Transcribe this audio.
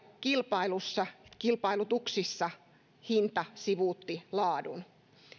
kilpailussa kilpailutuksissa hinta sivuutti laadun